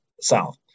south